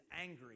angry